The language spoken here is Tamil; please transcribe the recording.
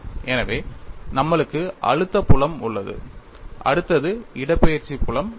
எனவே நம்மளுக்கு அழுத்தம் புலம் உள்ளது அடுத்தது இடப்பெயர்ச்சி புலம் இருக்கும்